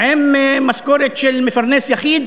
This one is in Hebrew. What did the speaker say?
עם משכורת של מפרנס יחיד,